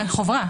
אה, חובה.